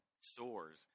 soars